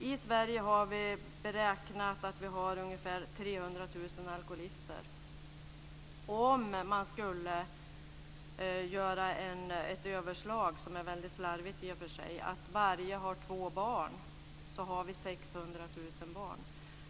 I Sverige har vi beräknat att vi har ungefär 300 000 alkoholister. Om man skulle göra ett överslag - som i och för sig är väldigt slarvigt - att varje har två barn har vi 600 000 barn.